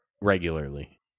regularly